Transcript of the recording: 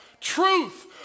Truth